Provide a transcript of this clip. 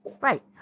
Right